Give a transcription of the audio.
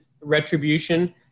retribution